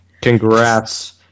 Congrats